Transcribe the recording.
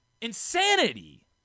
insanity